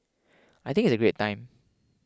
I think it's a great time